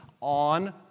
on